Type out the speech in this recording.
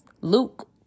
Luke